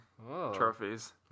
trophies